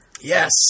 Yes